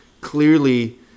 clearly